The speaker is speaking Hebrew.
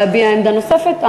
להביע עמדה נוספת,